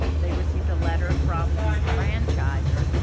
they received a letter from the franchisor.